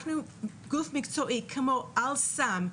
אנחנו גוף מקצועי כמו "אל-סם",